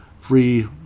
free